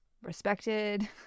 respected